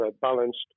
balanced